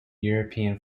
european